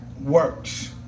works